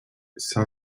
cinq